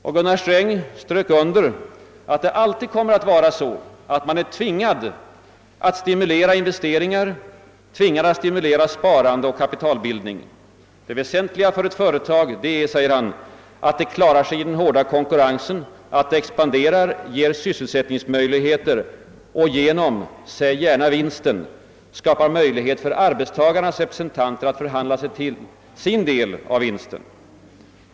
Och finansministern stryker under att det alltid kommer att vara så »att man är tvingad att stimulera investeringar, sparande och kapitalbildning». Det väsentliga för ett företag är, säger han, att det klarar sig i den hårda konkurrensen, att det expanderar, ger sysselsättningsmöjligheter och genom säg gärna vinsten skapar möjlighet för arbetstagarnas representanter att förhandla sig till sin del därav.